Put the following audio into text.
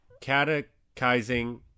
catechizing